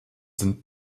sind